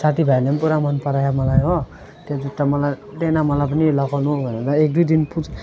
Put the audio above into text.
साथीभाइहरूले पनि पुरा मनपरायो मलाई हो त्यो जुत्ता मलाई दे न मलाई पनि लगाउनु भनेर एक दुई दिन पु